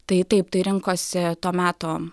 tai taip tai rinkosi to meto